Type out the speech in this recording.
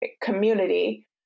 community